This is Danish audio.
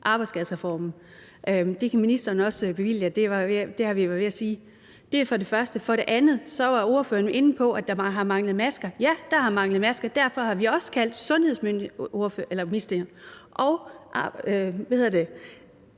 arbejdsskadereformen. Det kan ministeren også bevidne. Det er det første. Det andet er, at ordføreren var inde på, at der har manglet masker. Ja, der har manglet masker, og derfor har vi også kaldt sundhedsministeren og